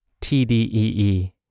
TDEE